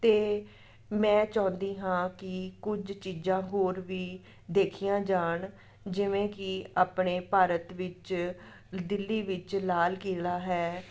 ਅਤੇ ਮੈਂ ਚਾਹੁੰਦੀ ਹਾਂ ਕਿ ਕੁਝ ਚੀਜ਼ਾਂ ਹੋਰ ਵੀ ਦੇਖੀਆਂ ਜਾਣ ਜਿਵੇਂ ਕਿ ਆਪਣੇ ਭਾਰਤ ਵਿੱਚ ਦਿੱਲੀ ਵਿੱਚ ਲਾਲ ਕਿਲਾ ਹੈ